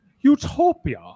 utopia